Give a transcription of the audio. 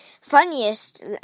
funniest